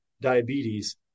diabetes